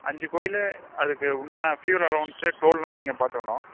அஞ்சு கோயில் அதுக்கு உண்டான ஃபியூவல் அலோவன்ஸ்ஸு டோலெலாம் நீங்கள் பார்த்துக்கணும்